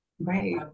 Right